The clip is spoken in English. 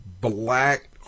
black